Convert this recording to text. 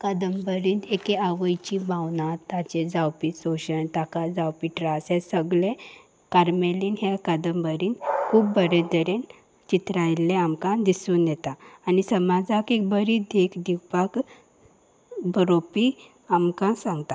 कादंबरीन एके आवयची भावना ताचे जावपी सोशण ताका जावपी त्रास हे सगळे कार्मेलीन ह्या कादंबरीन खूब बरे तरेन चित्र आयिल्लें आमकां दिसून येता आनी समाजाक एक बरी देख दिवपाक बरोवपी आमकां सांगता